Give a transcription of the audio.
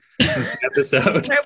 episode